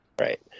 Right